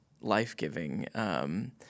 life-giving